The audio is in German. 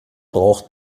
braucht